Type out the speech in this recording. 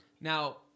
Now